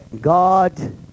God